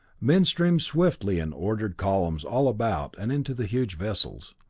men streamed swiftly in ordered columns all about and into the huge vessels.